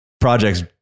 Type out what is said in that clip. Projects